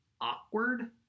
awkward